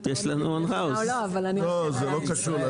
לא, זה לא קשור.